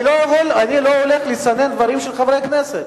אני לא הולך לסנן דברים של חברי כנסת.